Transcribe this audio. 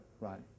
right